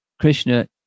Krishna